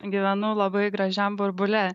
gyvenu labai gražiam burbule